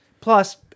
Plus